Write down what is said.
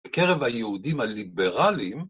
‫בקרב היהודים הליברליים...